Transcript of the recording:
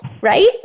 right